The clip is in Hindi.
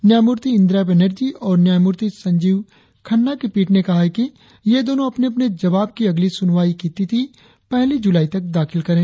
न्यायमूर्ति इंदिरा बैनर्जी और न्यायमूर्ति संजीव खन्ना की पीठ ने कहा है कि ये दोनों अपने जवाब मामले की अगली सुनवाई की तिथि पहली जुलाई तक दाखिल करे